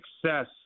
success